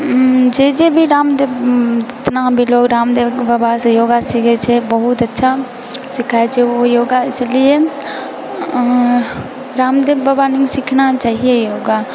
जे जे भी रामदेव जितना भी लोग रामदेव बाबासँ योगा सिखए छै बहुत अच्छा सिखाबए छै ओ योगा इसीलिए रामदेव बाबा लग सीखना चाहिए योगा